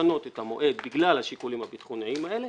לשנות את המועד בגלל השיקולים הביטחוניים האלה